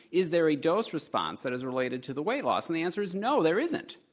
is there a dose response that is related to the weight loss? and the answer is no, there isn't.